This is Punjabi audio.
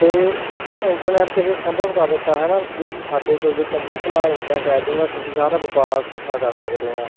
ਤੇ ਇੰਟਰਨੈਟ ਤੇ ਇਹ ਸੰਭਵ ਕਰ ਦਿੱਤਾ ਹੈ ਨਾ ਸਾਡੇ ਕੋਲ ਜੇ ਕੰਪਿਊਟਰ ਨਾਲ ਇੰਟਰਨੈੱਟ ਅਟੈਚ ਹੋਊਗਾ ਅਸੀਂ ਸਾਰਾ ਵਪਾਰ ਸੋਖਾ ਕਰ ਸਕਦੇ ਆਂ